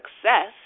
success